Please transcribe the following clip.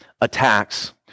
attacks